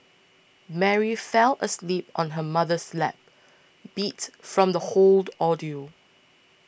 Mary fell asleep on her mother's lap beat from the hold ordeal